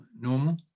normal